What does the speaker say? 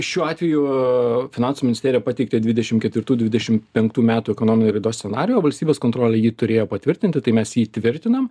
šiuo atveju finansų ministerija pateikti dvidešim ketvirtų dvidešim penktų metų ekonominį raidos scenarijų o valstybės kontrolė jį turėjo patvirtinti tai mes jį tvirtinam